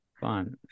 Fun